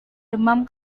demam